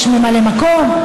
יש ממלא מקום.